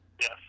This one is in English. Yes